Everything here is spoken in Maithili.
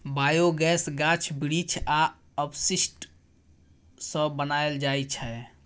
बायोगैस गाछ बिरीछ आ अपशिष्ट सँ बनाएल जाइ छै